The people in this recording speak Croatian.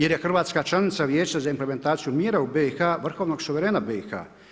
Jer je Hrvatska članica Vijeća za implementaciju mira u BIH, vrhovnog suverena BIH.